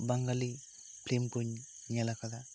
Bengali film ᱠᱩᱧ ᱧᱮᱞ ᱟᱠᱟᱫᱟ